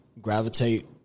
gravitate